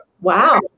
Wow